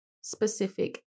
specific